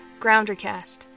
GrounderCast